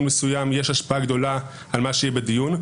מסוים יש השפעה גדולה על מה שיהיה בדיון,